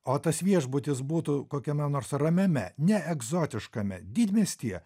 o tas viešbutis būtų kokiame nors ramiame ne egzotiškame didmiestyje